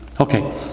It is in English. Okay